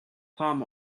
palm